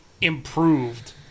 improved